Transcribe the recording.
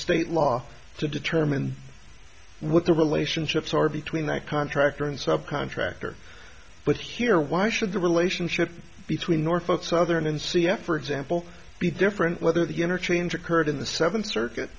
state law to determine what the relationships are between that contractor and sub contractor but here why should the relationship between norfolk southern and c f for example be different whether the interchange occurred in the seventh circuit